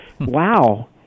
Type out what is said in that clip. wow